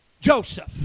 Joseph